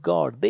God